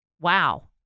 wow